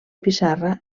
pissarra